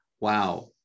wow